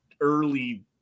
early –